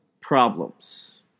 problems